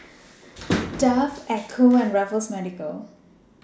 Dove Ecco and Raffles Medical